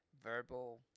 verbal